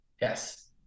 Yes